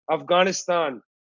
Afghanistan